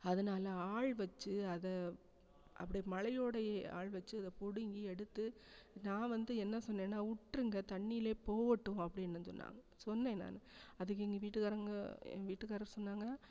அதனால ஆள் வச்சு அதை அப்படி மழையோடையே ஆள் வச்சு இதை பிடுங்கி எடுத்து நான் வந்து என்ன சொன்னேன்னால் விட்ருங்க தண்ணியிலே போகட்டும் அப்படின் நான் சொன்னேன் சொன்னேன் நான் அதுக்கு எங்கள் வீட்டுக்காரங்கள் என் வீட்டுக்காரர் சொன்னாங்க